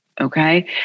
Okay